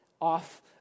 off